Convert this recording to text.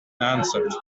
answered